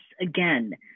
again